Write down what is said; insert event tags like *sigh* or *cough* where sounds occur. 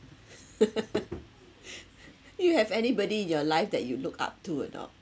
*laughs* you have anybody in your life that you look up to or not